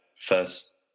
first